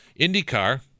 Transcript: IndyCar